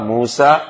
Musa